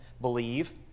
believe